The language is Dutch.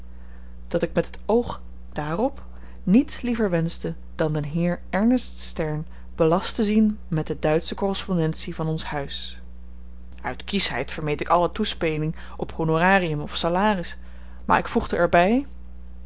dat ik met het oog dààrop niets liever wenschte dan den heer ernest stern belast te zien met de duitsche korrespondentie van ons huis uit kiesheid vermeed ik alle toespeling op honorarium of salaris maar ik voegde er